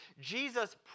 Jesus